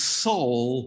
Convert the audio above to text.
soul